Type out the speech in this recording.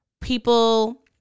people